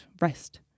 rest